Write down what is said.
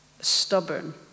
stubborn